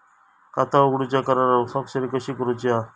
खाता उघडूच्या करारावर स्वाक्षरी कशी करूची हा?